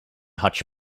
hotch